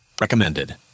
Recommended